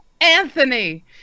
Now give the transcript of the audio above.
Anthony